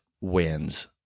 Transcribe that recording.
wins